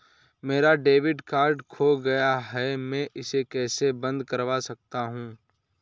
मेरा debit card खो गया है मैं इसे कैसे बंद करवा सकता हूँ?